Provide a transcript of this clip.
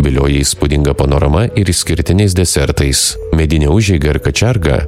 vilioja įspūdinga panorama ir išskirtiniais desertais medine užeiga ir kačiarga